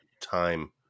time